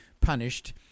punished